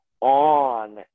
on